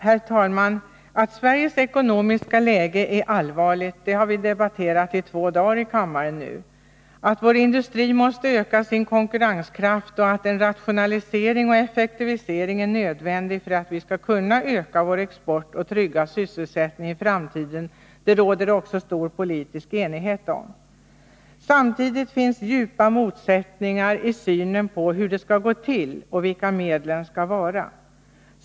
Herr talman! Att Sveriges ekonomiska läge är allvarligt har nu debatterats i kammaren i två dagar. Att vår industri måste öka sin konkurrenskraft och att en rationalisering och effektivisering är nödvändig för att vi skall kunna öka vår export och trygga sysselsättningen i framtiden, råder det också stor politisk enighet om. Samtidigt finns djupa motsättningar i synen på hur detta skall gå till och vilka medlen skall vara.